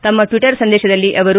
ತಮ್ನ ಟ್ಟಟರ್ ಸಂದೇಶದಲ್ಲಿ ಅವರು